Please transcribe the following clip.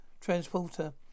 transporter